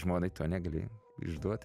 žmonai to negali išduot